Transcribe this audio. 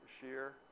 shear